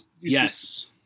Yes